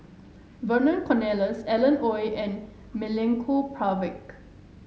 Vernon Cornelius Alan Oei and Milenko Prvacki